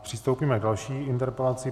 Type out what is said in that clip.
Přistoupíme k další interpelaci.